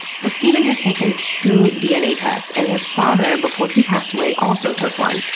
so stephen has taken two dna tests and his father, before he passed away, also took one.